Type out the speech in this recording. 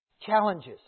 challenges